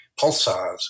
pulsars